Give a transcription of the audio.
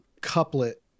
couplet